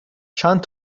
چند